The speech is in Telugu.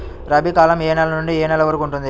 రబీ కాలం ఏ నెల నుండి ఏ నెల వరకు ఉంటుంది?